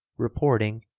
reporting,